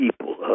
people